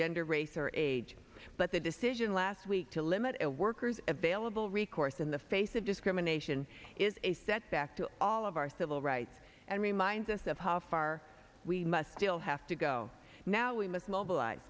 gender race or age but the decision last week to limit a workers available recourse in the face of discrimination is a setback to all of our civil rights and reminds us of how far we must still have to go now we must mobilize